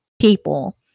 people